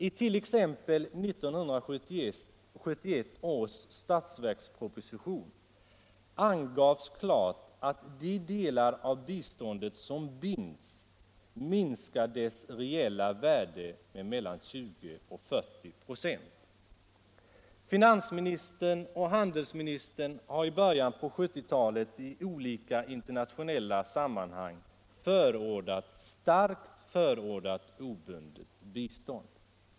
I t.ex. 1971 års statsverksproposition angavs klart att de delar av biståndet som binds minskar i reellt värde med mellan 20 och 40 96. Finansministern och handelsministern har i början på 1970 talet i olika internationella sammanhang starkt förordat obundet bistånd.